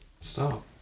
stop